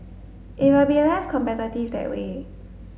it will be less competitive that way